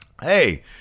Hey